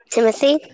Timothy